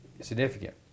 significant